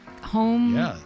home